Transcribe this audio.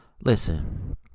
listen